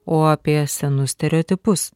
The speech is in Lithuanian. o apie senus stereotipus